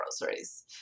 groceries